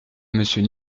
monsieur